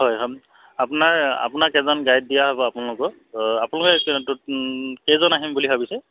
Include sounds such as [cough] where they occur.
হয় হম আপোনাৰ আপোনাক এজন গাইড দিয়া হ'ব আপোনালোকৰ আপোনালোকে [unintelligible] কেইজন আহিম বুলি ভাবিছে